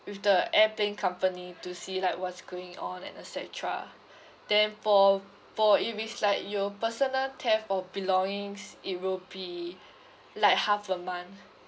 with the airplane company to see like what's going on and et cetera then for for if it's like your personal theft or belongings it will be like half a month